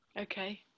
Okay